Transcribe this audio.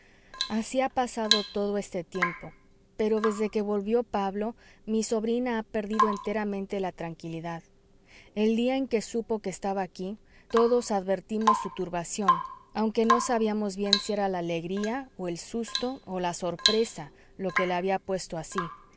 así ha pasado todo este tiempo pero desde que volvió pablo mi sobrina ha perdido enteramente la tranquilidad el día en que supo que estaba aquí todos advertimos su turbación aunque no sabíamos bien si era la alegría o el susto o la sorpresa lo que la había puesto así